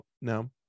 No